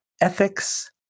ethics